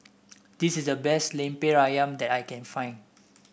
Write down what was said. this is the best lemper ayam that I can find